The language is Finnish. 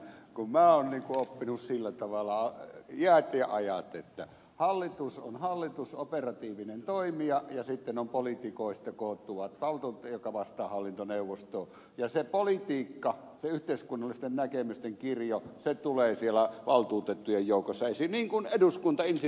minä olen oppinut sillä tavalla iät ja ajat että hallitus on hallitus operatiivinen toimija ja sitten on poliitikoista kootut valtuutetut jotka vastaavat hallintoneuvostosta ja se politiikka se yhteiskunnallisten näkemysten kirjo tulee siellä valtuutettujen joukossa esiin niin kuin eduskuntainstituutiolle kuuluu